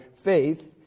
faith